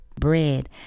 Bread